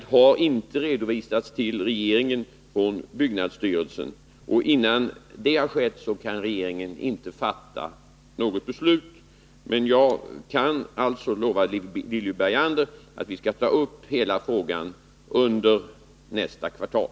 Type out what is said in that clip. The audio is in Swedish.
Det har inte redovisats till regeringen från byggnadsstyrelsen, och innan det har skett kan regeringen inte fatta något beslut. Jag kan lova Lilly Bergander att vi skall ta upp hela frågan under nästa kvartal.